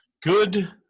Good